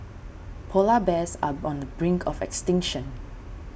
Polar Bears are on the brink of extinction